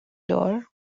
door